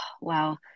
wow